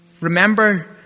Remember